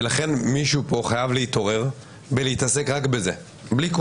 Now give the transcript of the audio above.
לכן מישהו פה חייב להתעורר ולהתעסק רק בזה בלי כל